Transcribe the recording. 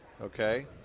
Okay